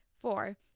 Four